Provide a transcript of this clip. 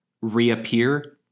reappear